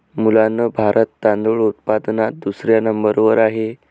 मुलांनो भारत तांदूळ उत्पादनात दुसऱ्या नंबर वर आहे